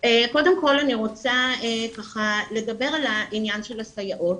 קודם כל, אני רוצה לדבר על עניין הסייעות.